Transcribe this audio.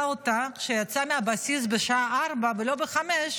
אותה כשיצאה מהבסיס בשעה 16:00 ולא בשעה 17:00,